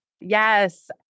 yes